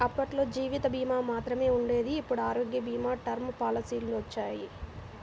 అప్పట్లో జీవిత భీమా మాత్రమే ఉండేది ఇప్పుడు ఆరోగ్య భీమా, టర్మ్ పాలసీలొచ్చినియ్యి